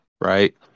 right